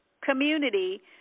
community